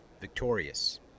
victorious